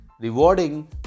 Rewarding